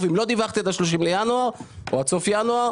ואם לא דיווחתי עד סוף ינואר